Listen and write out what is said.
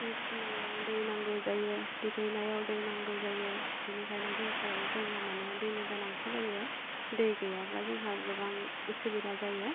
जि सुनायाव दै नांगौ जायो दुगैनायाव दै नांगौ जायो बिनिखाइनो जोंनो माने दैनि गोनांथि जायो दै गैयाब्ला जोंहा गोबां असुबिदा जायो